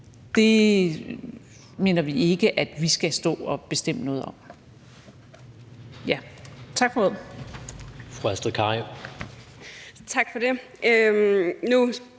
andet, mener vi ikke, at vi skal stå og bestemme noget om.